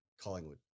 Collingwood